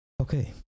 okay